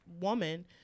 woman